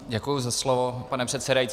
Děkuji za slovo, pane předsedající.